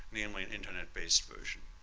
the only and internet-based version,